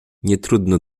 nietrudno